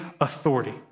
authority